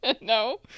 no